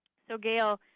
so gail,